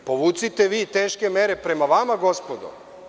Povucite vi teške mere prema vama, gospodo.